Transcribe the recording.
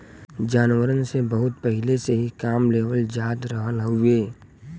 जानवरन से बहुत पहिले से ही काम लेवल जात रहल हउवे